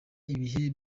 ibihe